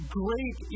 great